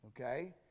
okay